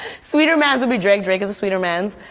sweetermans would be drake, drake is a sweetermans.